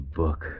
book